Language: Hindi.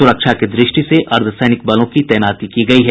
सुरक्षा की दृष्टि से अर्द्वसैनिक बलों की तैनाती की गयी है